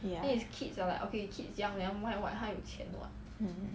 ya mm